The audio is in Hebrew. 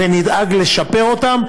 ונדאג לשפר להם.